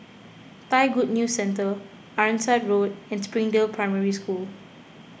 Thai Good News Centre Ironside Road and Springdale Primary School